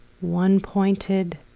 one-pointed